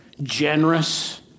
generous